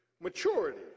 maturity